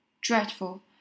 Dreadful